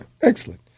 excellent